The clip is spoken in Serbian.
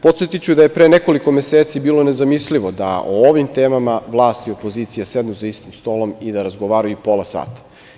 Podsetiću da je pre nekoliko meseci bilo nezamislivo da o ovim temama vlast i opozicija sednu za isti sto i da razgovaraju pola sata.